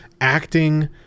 acting